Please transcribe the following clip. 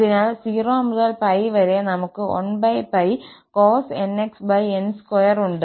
അതിനാൽ 0 മുതൽ 𝜋 വരെ നമുക് 1𝜋cos 𝑛𝑥n2ഉണ്ട്